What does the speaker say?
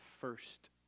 first